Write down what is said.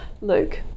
Luke